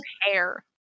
hair